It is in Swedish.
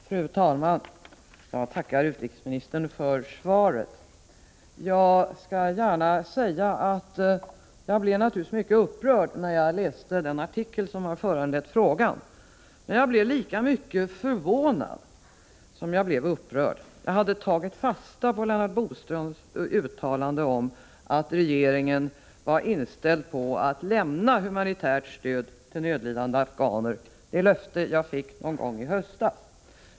Fru talman! Jag tackar utrikesministern för svaret. Jag skall gärna säga att jag naturligtvis blev mycket upprörd när jag läste den artikel som har föranlett frågan. Jag blev lika mycket förvånad som upprörd över svaret, för jag hade tagit fasta på Lennart Bodströms uttalande om att regeringen var inställd på att lämna humanitärt stöd till nödlidande afghaner. Det är ett löfte som jag fick någon gång i höstas.